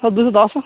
ହଉ ଦୁଇଶହ ଦଶ